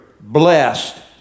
blessed